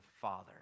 father